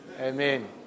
Amen